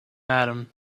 adam